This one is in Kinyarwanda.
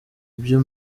ibyo